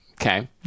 Okay